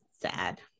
sad